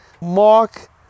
Mark